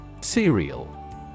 Cereal